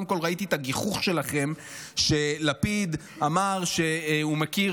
קודם כול ראיתי את הגיחוך שלכם כשלפיד אמר שהוא מכיר,